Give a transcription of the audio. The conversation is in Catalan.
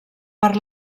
per